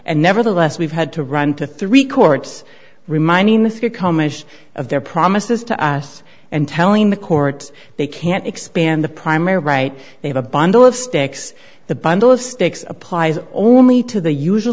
and nevertheless we've had to run to three courts reminding the become ish of their promises to us and telling the court they can't expand the primary right they have a bundle of sticks the bundle of sticks applies only to the usual